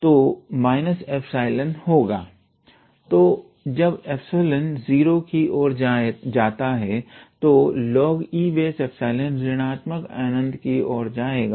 तो जब epsilon zero की ओर जाता है तो log𝑒𝜀 ऋणात्मक अनंत की ओर जाएगा